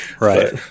Right